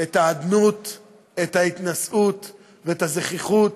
את האדנות, את ההתנשאות ואת הזחיחות